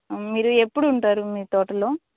మీరు ఎప్పుడు ఉంటారు మీ తోటలో